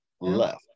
left